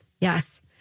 Yes